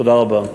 תודה רבה.